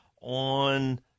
on